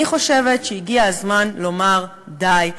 אני חושבת שהגיע הזמן לומר: די.